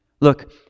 Look